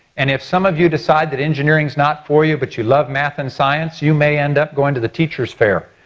and if some of you decide that engineering's not for you but you love math and science, you may end up going to the teachers' fair.